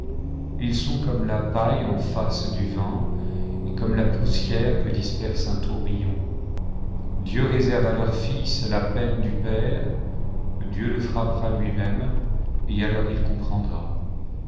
ils sont comme la paille en face du vent et comme la poussière que disperse un tourbillon dieu réserve à leurs fils la peine du père dieu le frappera lui-même et alois il comprendra